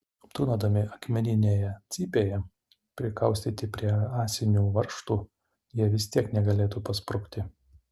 tūnodami akmeninėje cypėje prikaustyti prie ąsinių varžtų jie vis tiek negalėtų pasprukti